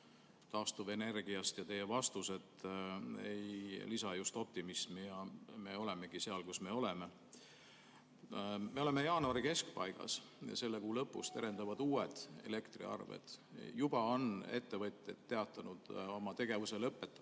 taastuvenergiast ja teie vastused ei lisa just optimismi. Ja me olemegi seal, kus me oleme. Me oleme jaanuari keskpaigas ja selle kuu lõpus terendavad uued elektriarved. Juba on ettevõtjad teatanud tegevuse lõpetamisest